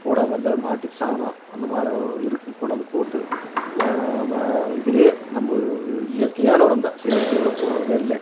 போடாம அந்த மாட்டுச்சாணம் அந்த மாதிரி இருக்கு கொண்டாந்து போட்டு இதுலையே நம்ம இயற்கையான உரம் தான் செயற்கை உரம் போட்றதே இல்லை